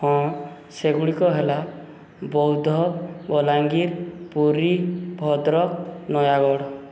ହଁ ସେଗୁଡ଼ିକ ହେଲା ବୌଦ୍ଧ ବଲାଙ୍ଗୀର ପୁରୀ ଭଦ୍ରକ ନୟାଗଡ଼